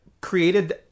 created